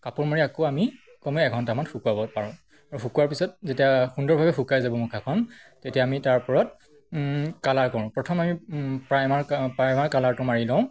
কাপোৰ মাৰি আকৌ আমি কমেও এঘণ্টামান শুকুৱাব পাৰোঁ আৰু শুকোৱাৰ পিছত যেতিয়া সুন্দৰভাৱে শুকাই যাব মুখাখন তেতিয়া আমি তাৰ ওপৰত কালাৰ কৰোঁ প্ৰথম আমি প্ৰাইমাৰ প্ৰাইমাৰ কালাৰটো মাৰি লওঁ